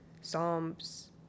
Psalms